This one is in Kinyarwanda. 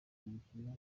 mukino